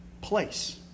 place